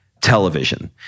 television